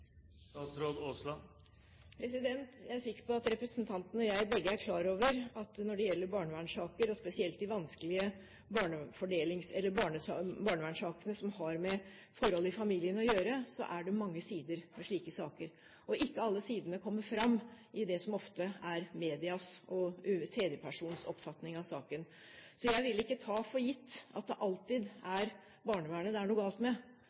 Jeg er sikker på at representanten og jeg begge er klar over at når det gjelder barnevernssaker, og spesielt de vanskelige barnevernssakene som har med forhold i familiene å gjøre, er det mange sider ved dem. Ikke alle sidene kommer fram i det som ofte er medias og tredjepersons oppfatning av saken. Så jeg vil ikke ta for gitt at det alltid er barnevernet det er noe galt med.